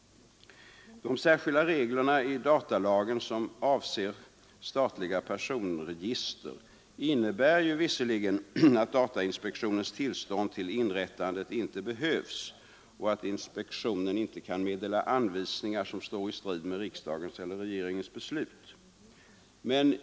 De särskilda regler i datalagen som avser statliga personregister innebär visserligen att datainspektionens tillstånd till inrättandet inte behövs och att inspektionen inte kan meddela anvisningar som står i strid med riksdagens eller regeringens beslut.